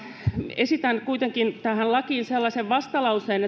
esitän kuitenkin tähän lakiin vastalauseen